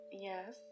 Yes